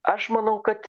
aš manau kad